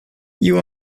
you